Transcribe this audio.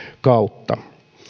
kautta